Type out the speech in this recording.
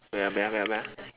wait ah wait ah wait ah